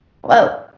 whoa